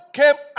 came